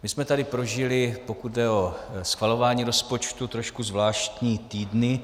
My jsme tady prožili, pokud jde o schvalování rozpočtu, trošku zvláštní týdny.